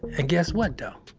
and guess what though